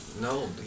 No